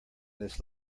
this